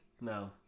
no